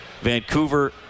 Vancouver